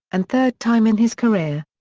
and third time in his career.